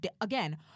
again